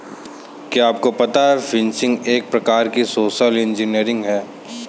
क्या आपको पता है फ़िशिंग एक प्रकार की सोशल इंजीनियरिंग है?